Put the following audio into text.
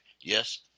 Yes